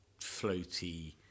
floaty